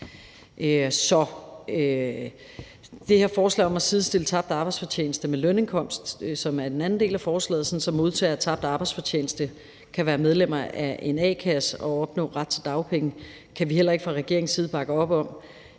Det her forslag om at sidestille kompensation for tabt arbejdsfortjeneste med lønindkomst, som er den anden del af forslaget, sådan at modtagere af kompensation for tabt arbejdsfortjeneste kan være medlemmer af en a-kasse og opnå ret til dagpenge, kan vi heller ikke fra regeringens side bakke op om.